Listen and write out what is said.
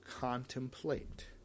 contemplate